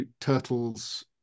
Turtles